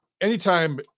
anytime